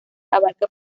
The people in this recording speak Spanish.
abarca